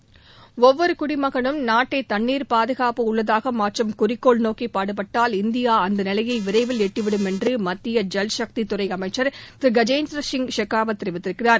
நாட்டின் ஒவ்வொரு குடிமகனும் நாட்டை தண்ணீர் பாதுகாப்பு உள்ளதாக மாற்றும் குறிக்கோள் நோக்கி பாடுபட்டால் இந்தியா அந்த நிலையை விரைவில் எட்டிவிடும் என்று மத்திய ஜல் சக்தித் துறை அமைச்சர் திரு கஜேந்திரசிங் ஷெகாவத் கூறியிருக்கிறார்